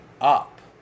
up